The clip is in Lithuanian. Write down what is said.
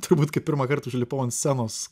turbūt kai pirmąkart užlipau ant scenos